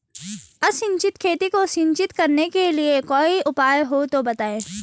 असिंचित खेती को सिंचित करने के लिए कोई उपाय हो तो बताएं?